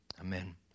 Amen